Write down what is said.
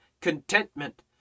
contentment